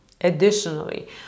Additionally